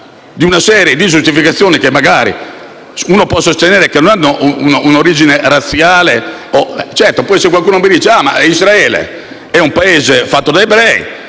di una serie di giustificazioni che magari si può sostenere non abbiano un'origine razziale. Certo, se qualcuno mi dice che Israele è un Paese fatto da ebrei